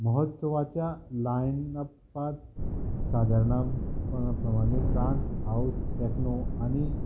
म्होत्सवाच्या लायनपांत सादारणा प्रमाणे ट्रान्स हाउस टॅक्नो आनी